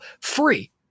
free